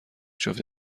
جفت